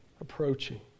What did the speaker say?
approaching